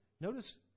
notice